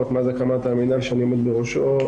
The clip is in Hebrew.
מאז הקמת המינהל שאני עומד בראשו,